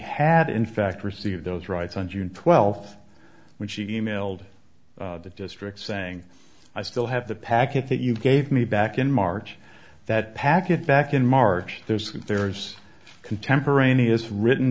had in fact received those rights on june twelfth when she e mailed the district saying i still have the packet that you gave me back in march that packet back in march there's when there's contemporaneous written